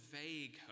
vague